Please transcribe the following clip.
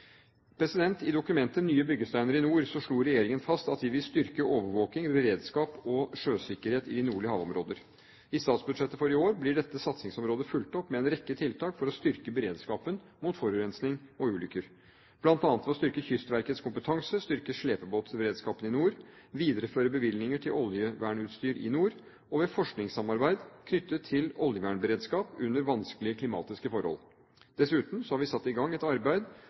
I dokumentet «Nye byggesteiner i nord» slo regjeringen fast at de vil styrke overvåking, beredskap og sjøsikkerhet i de nordlige havområder. I statsbudsjettet for i år blir dette satsingsområdet fulgt opp med en rekke tiltak for å styrke beredskapen mot forurensing og ulykker, bl.a. ved å styrke Kystverkets kompetanse, styrke slepebåtberedskapen i nord, videreføre bevilgninger til oljevernutstyr i nord, og ved forskningssamarbeid knyttet til oljevernberedskap under vanskelige klimatiske forhold. Dessuten har vi har satt i gang et arbeid